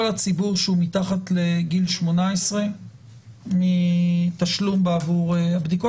הציבור שהוא מתחת לגיל 18 מתשלום בעבור בדיקות,